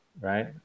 right